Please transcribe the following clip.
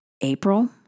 April